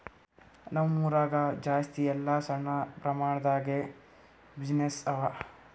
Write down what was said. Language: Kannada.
ನಮ್ ಊರಾಗ ಜಾಸ್ತಿ ಎಲ್ಲಾ ಸಣ್ಣ ಪ್ರಮಾಣ ದಾಗೆ ಬಿಸಿನ್ನೆಸ್ಸೇ ಅವಾ